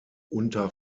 unter